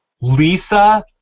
Lisa